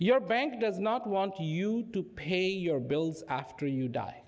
your bank does not want you to pay your bills after you die